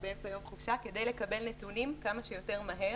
כדי לקבל נתונים כמה שיותר מהר,